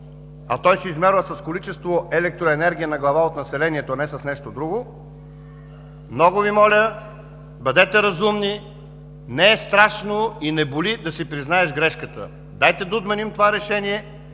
а той се измерва с количество електроенергия на глава от населението, не с нещо друго, много моля, бъдете разумни, не е страшно и не боли да си признаеш грешката. Дайте да отменим това решение,